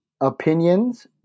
Opinions